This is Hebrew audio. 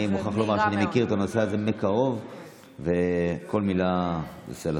אני מוכרח לומר שאני מכיר את הנושא הזה מקרוב וכל מילה בסלע.